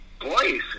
boys